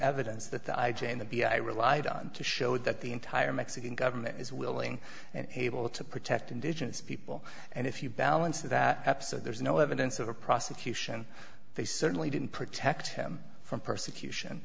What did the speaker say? evidence that the i j in the b i relied on to show that the entire mexican government is willing and able to protect indigenous people and if you balance that up so there's no evidence of a prosecution they certainly didn't protect him from persecution